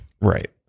right